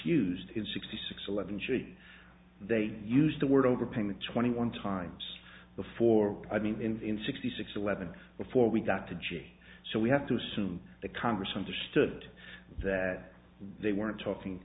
used his sixty six eleven surely they used the word overpayment twenty one times before i mean in sixty six eleven before we got to g e so we have to assume the congress understood that they weren't talking